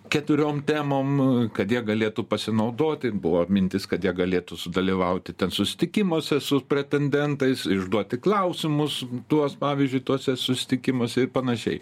keturiom temom kad jie galėtų pasinaudoti buvo mintis kad jie galėtų sudalyvauti ten susitikimuose su pretendentais išduoti klausimus tuos pavyzdžiui tuose susitikimuose ir panašiai